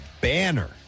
banner